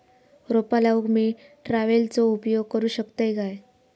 रोपा लाऊक मी ट्रावेलचो उपयोग करू शकतय काय?